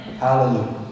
Hallelujah